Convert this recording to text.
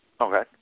okay